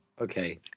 Okay